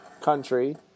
country